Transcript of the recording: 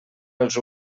els